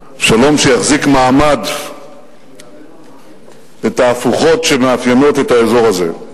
שלום שיחזיק מעמד בתהפוכות שמאפיינות את האזור הזה.